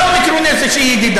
גם לא מיקרונזיה, שהיא ידידה.